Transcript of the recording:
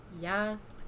Yes